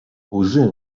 łzy